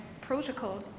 protocol